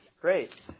great